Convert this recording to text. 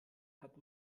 hat